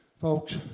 folks